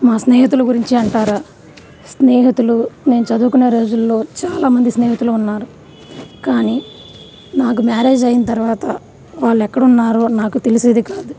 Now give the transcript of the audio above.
మా స్నేహితుల గురించి అంటారా స్నేహితులు నేను చదువుకునే రోజుల్లో చాలామంది స్నేహితులు ఉన్నారు కానీ నాకు మ్యారేజ్ అయిన తర్వాత వాళ్ళు ఎక్కడున్నారో నాకు తెలిసేది కాదు